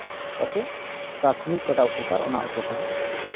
ᱯᱟᱥᱮᱡ ᱯᱨᱟᱛᱷᱚᱢᱤᱠ ᱚᱠᱟᱴᱟᱜ ᱩᱯᱚᱠᱟᱨ ᱚᱱᱟ ᱩᱯᱚᱠᱟᱨᱮ